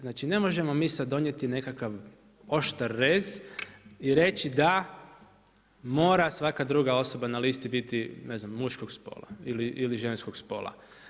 Znači ne možemo mi sad donijeti nekakav oštar rez i reći da mora svaka druga osoba na listi biti ne znam muškog spola ili ženskog spola.